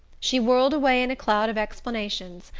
she whirled away in a cloud of explanations,